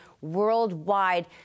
worldwide